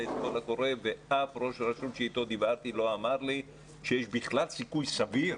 את הקול קורא ואף ראש רשות אתו דיברתי לא אמר לי שיש בכלל סיכוי סביר